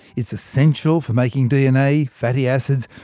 it's essential for making dna, fatty acids,